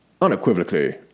unequivocally